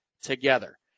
together